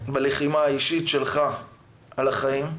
בלחימה האישית שלך על החיים.